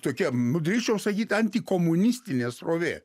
tokia m drįsčiau sakyt antikomunistinė srovė